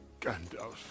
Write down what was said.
Gandalf